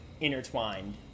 intertwined